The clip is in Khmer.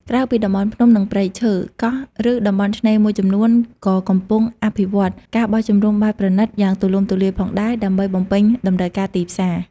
ក្រៅពីតំបន់ភ្នំ និងព្រៃឈើ កោះ ឬតំបន់ឆ្នេរមួយចំនួន ក៏កំពុងអភិវឌ្ឍ ការបោះជំរំបែបប្រណីត យ៉ាងទូលំទូលាយផងដែរ ដើម្បីបំពេញតម្រូវការទីផ្សារ។